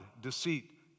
deceit